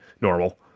normal